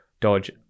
Dodge